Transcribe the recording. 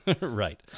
Right